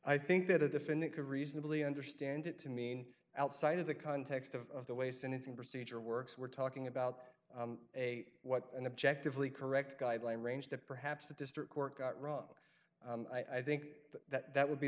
i think that a defendant could reasonably understand it to mean outside of the context of the way sentencing procedure works we're talking about a what an objective lee correct guideline range that perhaps the district work out wrong i think that would be